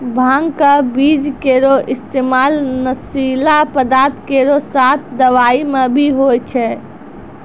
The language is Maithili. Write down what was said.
भांग क बीज केरो इस्तेमाल नशीला पदार्थ केरो साथ दवाई म भी होय छै